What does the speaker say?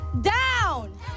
down